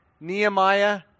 Nehemiah